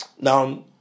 Now